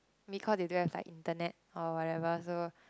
because they don't have like internet or whatever so